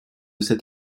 cet